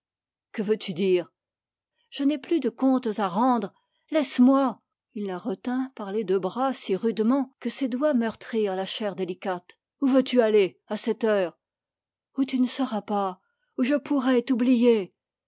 que veux-tu dire je n'ai plus de comptes à rendre laisse-moi il la retint par les deux bras si rudement que ses doigts meurtrirent la chair délicate où veux-tu aller à cette heure où tu ne seras pas où je pourrai t'oublier